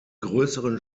größeren